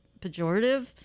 pejorative